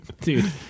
dude